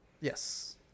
Yes